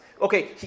Okay